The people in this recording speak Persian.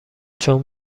چون